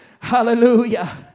Hallelujah